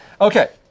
okay